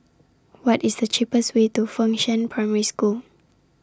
What IS The cheapest Way to Fengshan Primary School